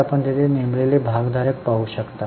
तर आपण ते येथे नेमलेले भागधारक पाहू शकता